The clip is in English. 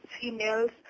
females